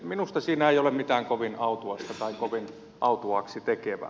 minusta siinä ei ole mitään kovin autuasta tai kovin autuaaksi tekevää